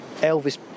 Elvis